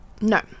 no